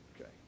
okay